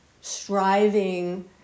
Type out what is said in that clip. striving